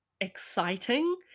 exciting